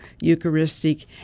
Eucharistic